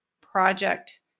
project